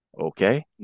Okay